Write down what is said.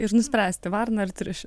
ir nuspręsti varną ar triušį